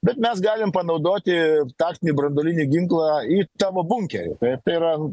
bet mes galim panaudoti taktinį branduolinį ginklą į tavo bunkerį taip tai yra